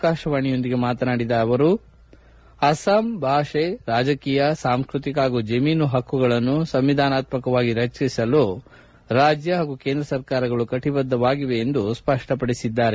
ಆಕಾಶವಾಣಿಯೊಂದಿಗೆ ಮಾತನಾಡಿರುವ ಅವರು ಅಸ್ಲಾಂ ಭಾಷೆ ರಾಜಕೀಯ ಸಾಂಸ್ಟೃತಿಕ ಹಾಗೂ ಜಮೀನು ಹಕ್ಕುಗಳನ್ನು ಸಂವಿಧಾನಾತ್ತಕವಾಗಿ ರಕ್ಷಿಸಲು ರಾಜ್ಯ ಹಾಗೂ ಕೇಂದ್ರ ಸರ್ಕಾರಗಳು ಕಟಬದ್ದವಾಗಿವೆ ಎಂದು ಸ್ಪಷ್ಟಪಡಿಸಿದ್ದಾರೆ